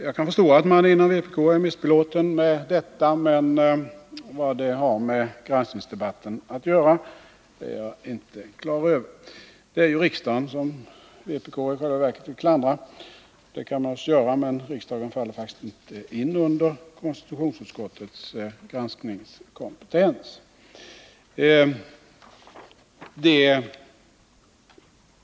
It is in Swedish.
Jag kan förstå att man inom vpk är missbelåten med detta. Men vad det har med granskningsdebatten att göra är jag inte klar över. Det är ju i själva verket riksdagen som vpk bör klandra. Det kan man naturligtvis göra, men riksdagen faller faktiskt inte in under konstitutionsutskottets granskningskompetens.